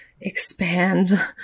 expand